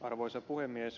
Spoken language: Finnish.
arvoisa puhemies